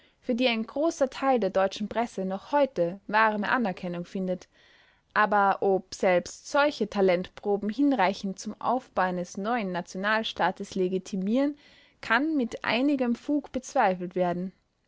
für die ein großer teil der deutschen presse noch heute warme anerkennung findet aber ob selbst solche talentproben hinreichend zum aufbau eines neuen nationalstaates legitimieren kann mit einigem fug bezweifelt werden